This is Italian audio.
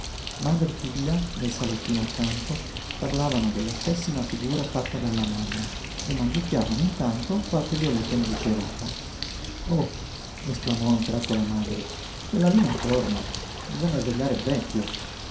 madre e figlia nel salottino accanto parlavano della pessima figura fatta dal lamanna e mangiucchiavano intanto qualche violetta inzuccherata oh esclamò a un tratto la madre quella lí non torna bisogna svegliare il vecchio